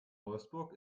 wolfsburg